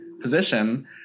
position